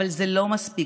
אבל זה לא מספיק.